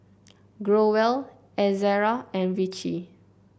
Growell Ezerra and Vichy